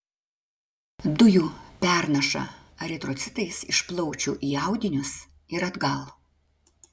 dujų pernaša eritrocitais iš plaučių į audinius ir atgal